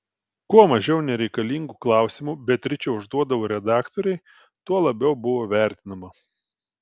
kuo mažiau nereikalingų klausimų beatričė užduodavo redaktorei tuo labiau buvo vertinama